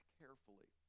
carefully